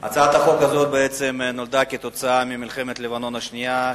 הצעת החוק הזאת נולדה כתוצאה ממלחמת לבנון השנייה,